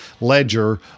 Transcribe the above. ledger